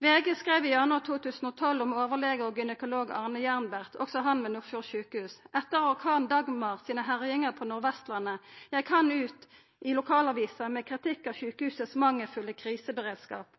VG skreiv i januar 2012 om overlege og gynekolog Arne Järnbert, også han ved Nordfjord sjukehus. Etter orkanen «Dagmar» sine herjingar på Nordvestlandet gjekk han ut i lokalavisa med kritikk av sjukehusets mangelfulle kriseberedskap.